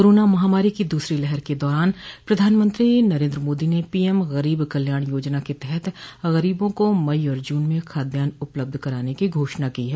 corona महामारी की दूसरी लहर के दौरान प्रधानमंत्री नरेन्द्र मोदी ने पीएम गरीब कल्याण योजना के तहत गरीबों को मई और जून में खाद्यान उपलब्ध कराने की घोषणा की है